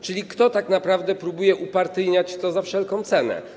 A zatem kto tak naprawdę próbuje upartyjniać to za wszelką cenę?